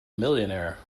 millionaire